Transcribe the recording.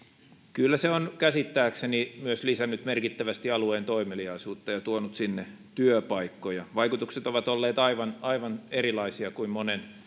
kyllä se on käsittääkseni myös lisännyt merkittävästi alueen toimeliaisuutta ja tuonut sinne työpaikkoja vaikutukset ovat olleet aivan aivan erilaisia jos verrataan monen